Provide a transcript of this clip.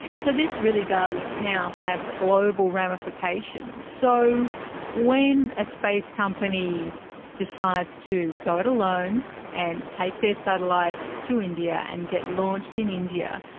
so this really does now have global ramifications. so when a space company decides to go it alone and take their satellites to india and get launched in india,